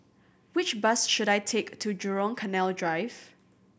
which bus should I take to Jurong Canal Drive